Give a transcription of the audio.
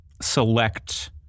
select